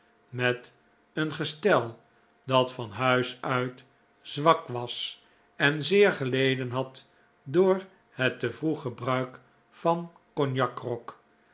met een gestel dat van huis uit zwak was en zeer geleden had door het te vroeg gebruik van cognac grog